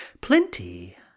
Plenty